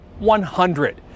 100